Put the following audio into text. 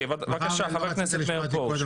בבקשה, חבר הכנסת מאיר פרוש.